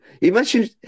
imagine